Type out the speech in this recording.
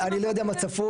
אני לא יודע מה צפו,